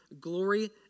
Glory